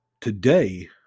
today